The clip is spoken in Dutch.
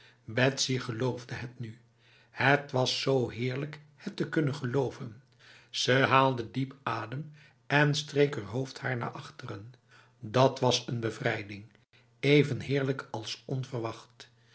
betsy geloofde het nu het was zo heerlijk het te kunnen geloven ze haalde diep adem en streek heur hoofdhaar naar achteren dat was een bevrijding even heerlijk als onverwacht